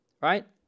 right